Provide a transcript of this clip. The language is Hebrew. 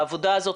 העבודה הזאת,